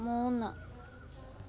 മൂന്ന്